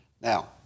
Now